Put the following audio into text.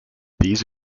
these